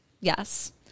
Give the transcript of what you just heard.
yes